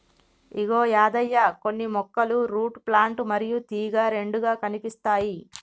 ఇగో యాదయ్య కొన్ని మొక్కలు root plant మరియు తీగ రెండుగా కనిపిస్తాయి